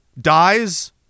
dies